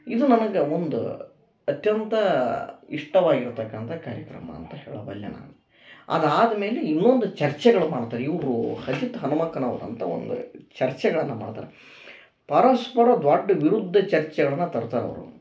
ಇದು ನನಗೆ ಒಂದು ಅತ್ಯಂತ ಇಷ್ಟವಾಗಿರ್ತಕ್ಕಂಥ ಕಾರ್ಯಕ್ರಮ ಅಂತ ಹೇಳಬಲ್ಲೆ ನಾನು ಅದಾದ ಮೇಲೆ ಇನ್ನೊಂದು ಚರ್ಚೆಗಳು ಮಾಡ್ತಾರ ಇವರು ಅಜಿತ್ ಹನುಮಕ್ಕನವರ್ ಅಂತ ಒಂದು ಚರ್ಚೆಗಳನ್ನು ಮಾಡ್ತಾರೆ ಪರಸ್ಪರ ದೊಡ್ಡ ವಿರುದ್ದ ಚರ್ಚೆಗಳನ್ನು ತರ್ತಾರೆ ಅವರು